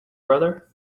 brother